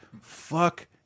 fuck